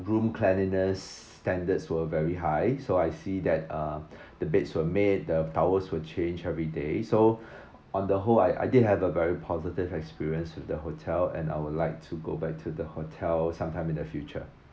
room cleanliness standards were very high so I see that uh the beds were made the towels were changed every day so on the whole I I did have a very positive experience with the hotel and I would like to go back to the hotel sometime in the future